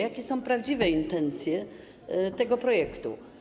Jakie są prawdziwe intencje tego projektu?